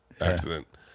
accident